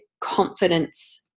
confidence